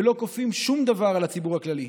ולא כופים שום דבר על הציבור הכללי.